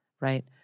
right